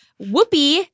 Whoopi